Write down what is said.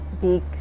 big